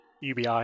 ubi